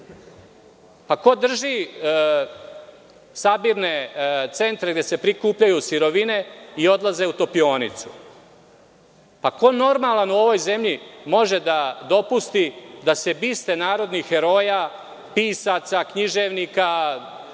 Ko drži sabirne centre gde se prikupljaju sirovine i odlaze u topionicu? Pa, ko normalan u ovoj zemlji može da dopusti da se biste narodnih heroja, pisaca, književnika,